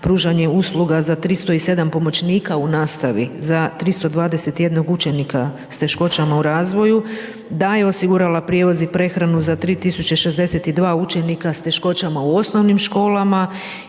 pružanje usluga za 307 pomoćnika u nastavi za 321 učenika s teškoćama u razvoju da je osigurala prijevoz i prehranu za 3062 učenika s teškoćama u osnovnim školama